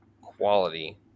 quality